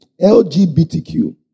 LGBTQ